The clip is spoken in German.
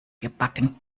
gebacken